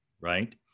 right